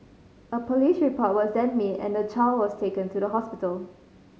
a police report was then made and the child was taken to the hospital